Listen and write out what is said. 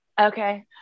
Okay